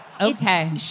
Okay